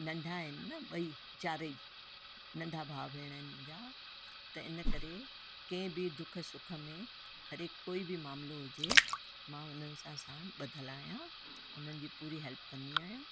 नंढा आहिनि न ॿई चारई नंढा भाउ भेण आहिनि मुंहिंजा त इन करे कंहिं बि दुख सुख में हर हिकु कोई बि मामिलो हुजे मां हुननि सां साण ॿधियलु आहियां उन्हनि जी पूरी हेल्प कंदी आहियां